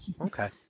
Okay